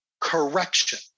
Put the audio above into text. correction